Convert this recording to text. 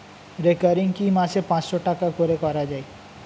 Recurring কি মাসে পাঁচশ টাকা করে করা যায়?